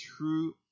true